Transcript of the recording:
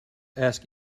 ask